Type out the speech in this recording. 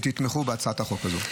אם תתמכו בהצעת החוק הזו.